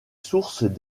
sources